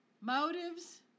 motives